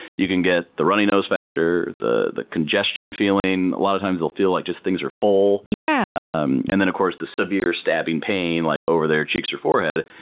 you can get the runny nose factor, the the congestion feeling. a lot of times they'll feel like just things are full. yeah um and then of course, the severe stabbing pain, like over their cheeks or forehead.